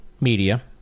media